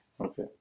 okay